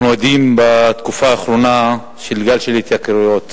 אנחנו עדים בתקופה האחרונה לגל של התייקרויות